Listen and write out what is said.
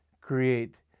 create